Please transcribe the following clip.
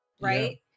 right